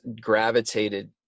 gravitated